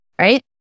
right